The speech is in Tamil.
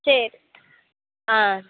சரி ஆ